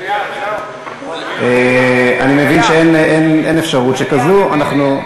אני מבין שאין אפשרות שכזאת.